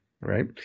right